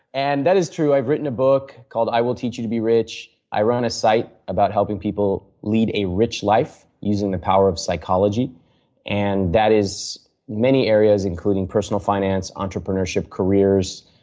and that is true. i've written a book called i will teach you to be rich. i run a site about helping people lead a rich life using the power of psychology and that is many areas, including personal finance, entrepreneurship, careers,